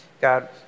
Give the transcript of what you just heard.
God